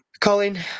Colin